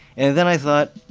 and then i thought,